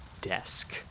desk